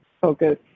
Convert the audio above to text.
focus